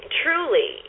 truly